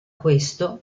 questo